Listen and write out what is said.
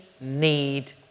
need